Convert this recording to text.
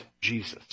Jesus